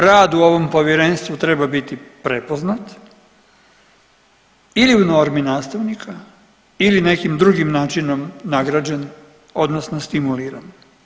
Rad u ovom povjerenstvu treba biti prepoznat ili u normi nastavnika ili nekim drugim načinom nagrađen odnosno stimuliran.